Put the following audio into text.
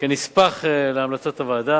כנספח להמלצות הוועדה.